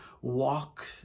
walk